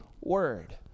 word